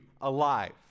alive